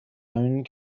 own